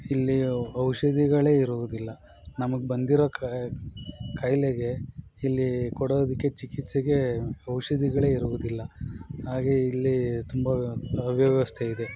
ಇಲ್ಲಿ ಔಷಧಿಗಳೇ ಇರುವುದಿಲ್ಲ ನಮಗೆ ಬಂದಿರೋ ಖಾಯ್ಲೆಗೆ ಇಲ್ಲಿ ಕೊಡೋದಿಕ್ಕೆ ಚಿಕಿತ್ಸೆಗೆ ಔಷಧಿಗಳೇ ಇರುವುದಿಲ್ಲ ಹಾಗೆ ಇಲ್ಲಿ ತುಂಬ ಅವ್ಯವಸ್ಥೆ ಇದೆ